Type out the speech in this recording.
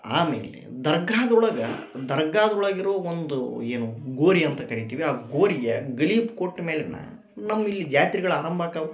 ಆಮೇಲೆ ದರ್ಗಾದೊಳಗ ದರ್ಗಾದೊಳಗಿರೋ ಒಂದು ಏನು ಗೋರಿ ಅಂತ ಕರಿತೀವಿ ಆ ಗೋರಿಗೆ ಗಳೀಪ್ ಕೊಟ್ಮೆನ ನಮಗಿಲ್ಲಿ ಜಾತ್ರೆಗಳು ಆರಂಭ ಆಕ್ಕವು